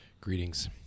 Greetings